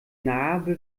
narbe